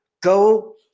go